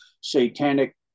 satanic